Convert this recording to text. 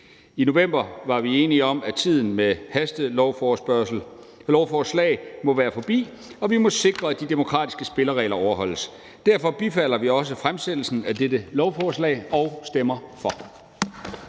I november var vi enige om, at tiden med hastelovforslag må være forbi, og at vi må sikre, at de demokratiske spilleregler overholdes. Derfor bifalder vi også fremsættelsen af dette lovforslag og stemmer for